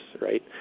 right